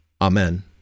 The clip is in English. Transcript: Amen